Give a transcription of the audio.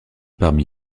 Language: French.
parmi